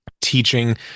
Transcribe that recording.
teaching